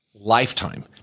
lifetime